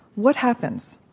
what happens?